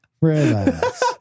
Relax